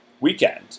weekend